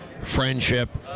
Friendship